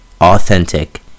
Authentic